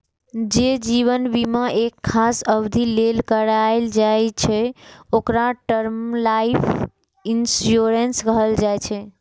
जे जीवन बीमा एक खास अवधि लेल कराएल जाइ छै, ओकरा टर्म लाइफ इंश्योरेंस कहल जाइ छै